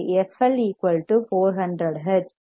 L fL 400 hertz F